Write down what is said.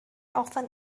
often